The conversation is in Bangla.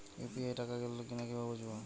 ইউ.পি.আই টাকা গোল কিনা কিভাবে বুঝব?